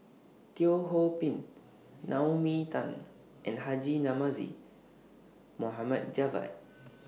Teo Ho Pin Naomi Tan and Haji Namazie Mohd Javad